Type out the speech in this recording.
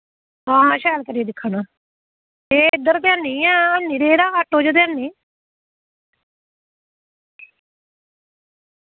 हां शैल करियै दिक्खना ना ए इद्धर ते हैनी ऐ हैनी रेह्दा आटो च ते हैनी